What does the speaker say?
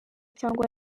cyangwa